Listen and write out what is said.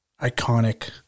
iconic